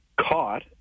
caught